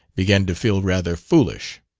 began to feel rather foolish.